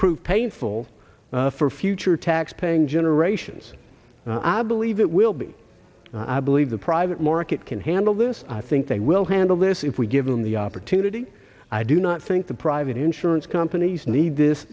prove painful for future tax paying generations i believe it will be i believe the private market can handle this i think they will handle this if we give them the opportunity i do not think the private insurance companies need this